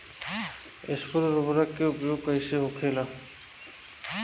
स्फुर उर्वरक के उपयोग कईसे होखेला?